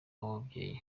w’ababyeyi